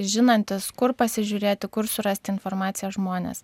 žinantys kur pasižiūrėti kur surasti informaciją žmonės